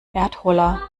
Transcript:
erdholler